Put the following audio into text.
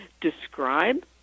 describe